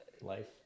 life